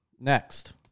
next